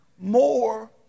more